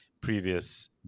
previous